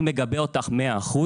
אני מגבה אותך ב-100%.